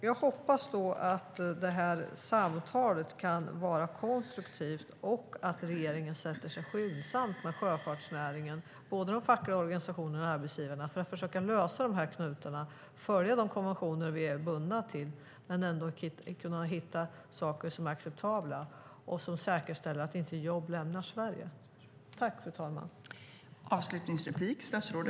Jag hoppas att det här samtalet kan vara konstruktivt och att regeringen skyndsamt sätter sig tillsammans med sjöfartsnäringen, både de fackliga organisationerna och arbetsgivarna, för att försöka lösa dessa knutar, följa de konventioner Sverige är bundet till men ändå hittat sådant som är acceptabelt - och säkerställa att jobb inte lämnar Sverige.